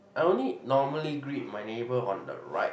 I only normally greet my neighbour on the right